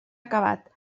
acabat